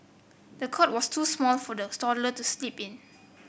the cot was too small for the toddler to sleep in